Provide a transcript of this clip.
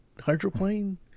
hydroplane